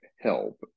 help